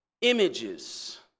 images